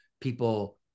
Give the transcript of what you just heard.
people